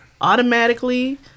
automatically